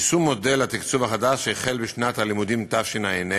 יישום מודל התקצוב החדש החל בשנת הלימודים תשע"ה,